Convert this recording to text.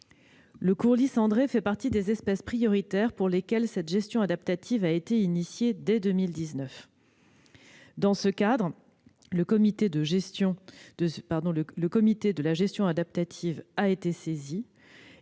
Le courlis cendré fait partie des espèces prioritaires pour lesquelles cette gestion adaptative a été engagée, dès 2019. Dans ce cadre, le comité de la gestion adaptative a été saisi